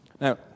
Now